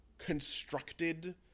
constructed